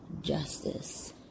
justice